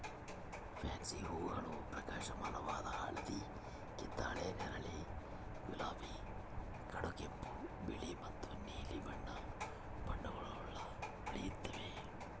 fancy ಹೂಗಳು ಪ್ರಕಾಶಮಾನವಾದ ಹಳದಿ ಕಿತ್ತಳೆ ನೇರಳೆ ಗುಲಾಬಿ ಕಡುಗೆಂಪು ಬಿಳಿ ಮತ್ತು ನೀಲಿ ಬಣ್ಣ ಬಣ್ಣಗುಳಾಗ ಬೆಳೆಯುತ್ತವೆ